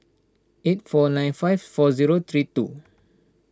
eight four nine five four zero three two